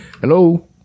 Hello